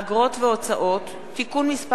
אגרות והוצאות (תיקון מס'